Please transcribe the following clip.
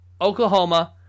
Oklahoma